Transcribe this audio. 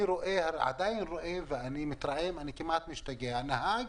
אני עדיין רואה, אני מתרעם וכמעט משתגע, נהג